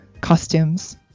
costumes